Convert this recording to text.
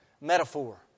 metaphor